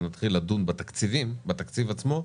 כשנתחיל לדון בתקציב עצמו,